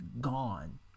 gone